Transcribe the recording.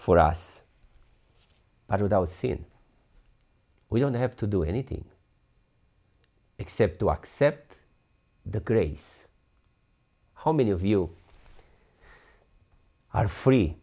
for us but without sin we don't have to do anything except to accept the grace how many of you are free